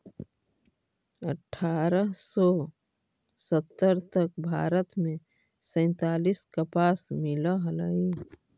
अट्ठारह सौ सत्तर तक भारत में सैंतालीस कपास मिल हलई